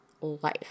life